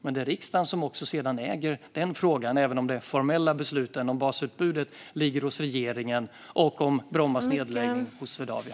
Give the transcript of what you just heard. Men det är riksdagen som äger den frågan även om det formella beslutet om basutbudet ligger hos regeringen och det om Brommas nedläggning ligger hos Swedavia.